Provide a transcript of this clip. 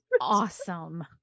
awesome